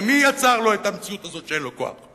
ומי יצר לו את המציאות הזאת שאין לו כוח?